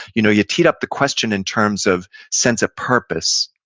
you know you teed up the question in terms of sense of purpose.